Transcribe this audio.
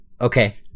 Okay